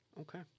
Okay